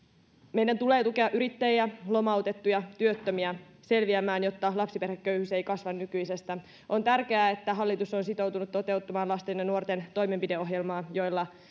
meidän tulee tukea yrittäjiä lomautettuja työttömiä selviämään jotta lapsiperheköyhyys ei kasva nykyisestä on tärkeää että hallitus on sitoutunut toteuttamaan lasten ja nuorten toimenpideohjelmaa jolla